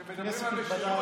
ילדים, בדרכם?